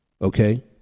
Okay